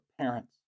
parents